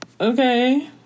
Okay